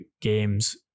games